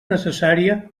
necessària